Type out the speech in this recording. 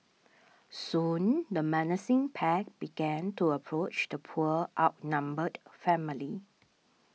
soon the menacing pack began to approach the poor outnumbered family